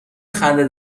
خنده